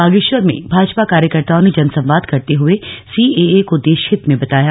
बागे वर में भाजपा कार्यकर्ताओं ने जनसंवाद करते हए सीएए को देशहित में बताया